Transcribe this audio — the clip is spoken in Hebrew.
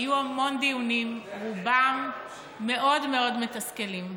היו המון דיונים, רובם מאוד מאוד מתסכלים.